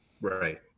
Right